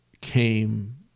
came